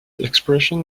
expression